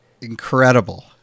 Incredible